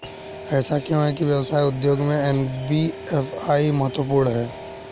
ऐसा क्यों है कि व्यवसाय उद्योग में एन.बी.एफ.आई महत्वपूर्ण है?